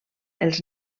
els